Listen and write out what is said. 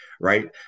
right